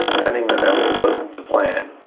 pending that everything goes to plan,